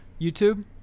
YouTube